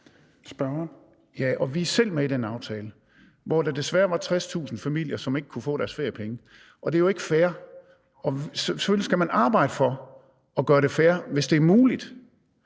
(ALT): Vi er selv med i den aftale, hvor der desværre var 60.000 familier, som ikke kunne få deres feriepenge. Det er jo ikke fair, og man skal selvfølgelig arbejde for at gøre det fair, hvis det er muligt,